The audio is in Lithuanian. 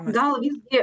gal visgi